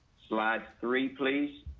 slide three, please,